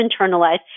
internalize